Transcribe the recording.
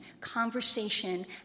conversation